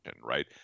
right